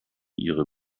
ihre